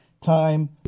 time